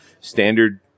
standard